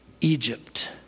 Egypt